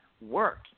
work